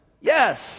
Yes